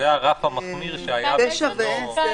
הרף המחמיר שהיה בזמנו.